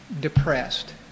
depressed